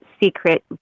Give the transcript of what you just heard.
secret